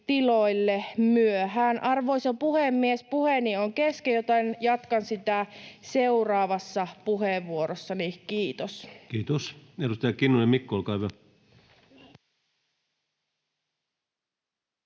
tiloille myöhään. — Arvoisa puhemies, puheeni on kesken, joten jatkan sitä seuraavassa puheenvuorossani. — Kiitos. [Speech 123] Speaker: